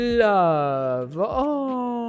love